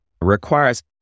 requires